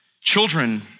Children